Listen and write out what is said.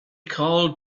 called